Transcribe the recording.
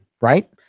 right